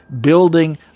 building